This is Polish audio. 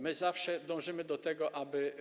My zawsze dążymy do tego, aby.